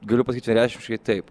galiu pasakyt vienareikšmiškai taip